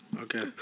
Okay